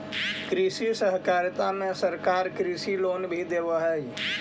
कृषि सहकारिता में सरकार कृषि लोन भी देब हई